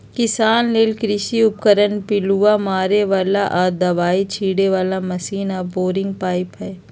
किसान लेल कृषि उपकरण पिलुआ मारे बला आऽ दबाइ छिटे बला मशीन आऽ बोरिंग पाइप